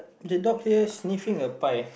the dog here sniffing a pie